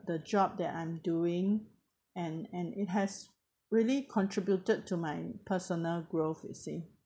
the job that I'm doing and and it has really contributed to my personal growth you see